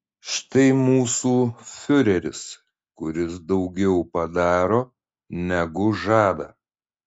štai mūsų fiureris kuris daugiau padaro negu žada